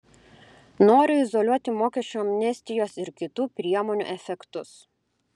noriu izoliuoti mokesčių amnestijos ir kitų priemonių efektus